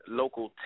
local